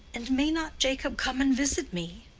and may not jacob come and visit me?